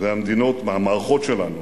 והמערכות שלנו